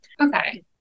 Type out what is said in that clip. okay